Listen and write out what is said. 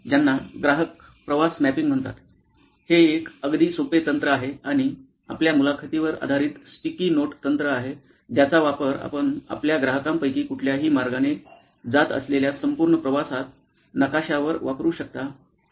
हे एक अगदी सोपे तंत्र आहे आणि आपल्या मुलाखतीवर आधारित स्टिकी नोट तंत्र आहे ज्याचा वापर आपण आपल्या ग्राहकांपैकी कुठल्याही मार्गाने जात असलेल्या संपूर्ण प्रवासात नकाशावर वापरू शकता